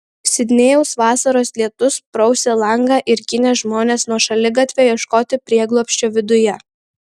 sidnėjaus vasaros lietus prausė langą ir ginė žmones nuo šaligatvio ieškoti prieglobsčio viduje